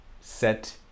set